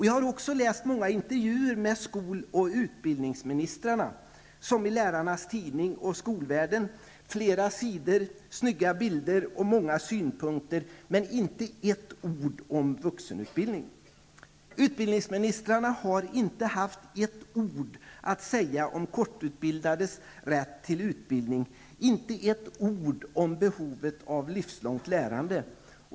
Jag har också läst många intervjuer med skol och utbildningsministrarna. I Lärarnas Tidning och Skolvärlden finns flera sidor med snygga bilder och många synpunkter, men inte ett ord om vuxenutbildning. Utbildningsministrarna har inte haft ett ord att säga om kortutbildades rätt till utbildning, inte ett ord om behovet av livslångt lärande.